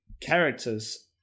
characters